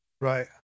Right